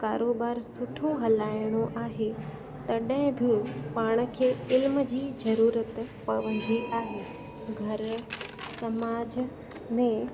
कारोबार सुठो हलाइणो आहे तॾहिं बि पाण खे इल्म जी ज़रूरत पवंदी आहे घर समाज में